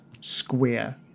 square